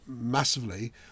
massively